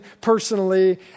personally